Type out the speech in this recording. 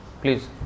Please